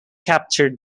captured